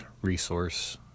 resource